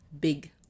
big